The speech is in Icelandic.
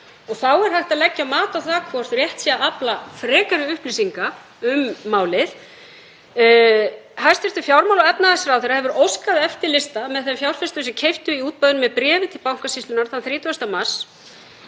Þá er hægt að leggja mat á það hvort rétt sé að afla frekari upplýsinga um málið. Hæstv. fjármála- og efnahagsráðherra hefur óskað eftir lista með þeim fjárfestum sem keyptu í útboðinu með bréfi til Bankasýslunnar þann 30. mars.